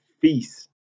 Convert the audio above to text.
feast